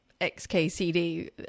XKCD